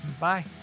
bye